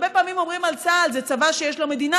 הרבה פעמים אומרים על צה"ל: זה צבא שיש לו מדינה.